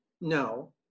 no